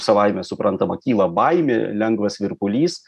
savaime suprantama kyla baimė lengvas virpulys